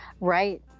Right